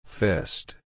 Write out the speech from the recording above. Fist